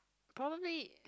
probably